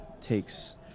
takes